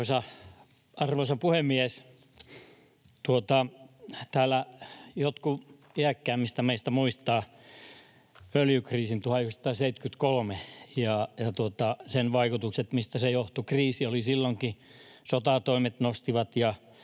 Arvoisa puhemies! Täällä jotkut meistä iäkkäämmistä muistavat öljykriisin 1973 ja sen vaikutukset, mistä se johtui: kriisi oli silloinkin, sotatoimet nostivat